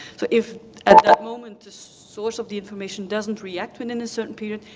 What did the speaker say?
so if at that moment, the source of the information doesn't react within a certain period,